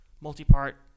multi-part